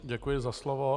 Děkuji za slovo.